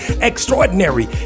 extraordinary